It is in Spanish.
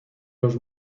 los